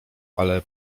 ale